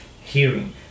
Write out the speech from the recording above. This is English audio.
hearing